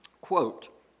Quote